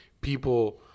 people